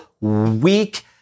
weak